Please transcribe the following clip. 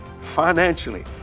financially